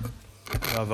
אין נמנעים.